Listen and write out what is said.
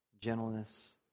gentleness